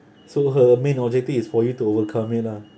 so her main objective is for you to overcome it lah